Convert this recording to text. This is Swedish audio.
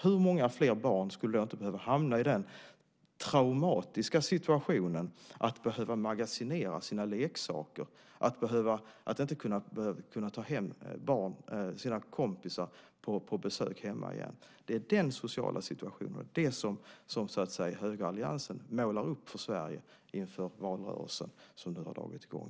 Hur många fler barn skulle inte behöva hamna i den traumatiska situationen att magasinera sina leksaker och inte kunna ta hem sina kompisar på besök? Det är den sociala situation som högeralliansen målar upp för Sverige inför valrörelsen, som ni har dragit i gång.